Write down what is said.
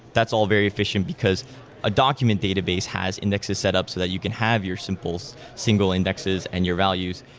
that's all very efficient because a document database has indexes set up so that you can have your simple so single indexes and your values,